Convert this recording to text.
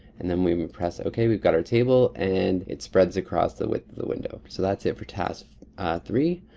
and then we press okay, we've got our table. and it spreads across the width of the window. so that's it for task three.